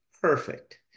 perfect